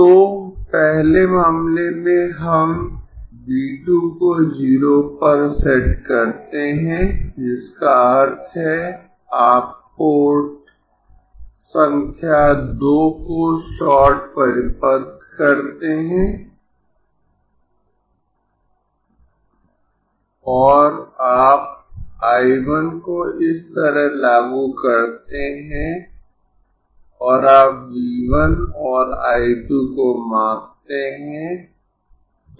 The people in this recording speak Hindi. तो पहले मामले में हम V 2 को 0 पर सेट करते है जिसका अर्थ है आप पोर्ट संख्या 2 को शॉर्ट परिपथ करते है और आप I 1 को इस तरफ लागू करते है और आप V 1 और I 2 को मापते है